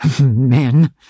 Men